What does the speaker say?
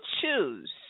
choose